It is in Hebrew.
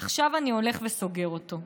עכשיו אני הולך וסוגר אותו'".